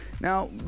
Now